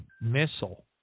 missile